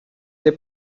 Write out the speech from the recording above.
they